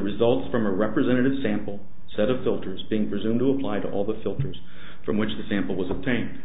results from a representative sample set of filters being presumed to apply to all the filters from which the sample was obtained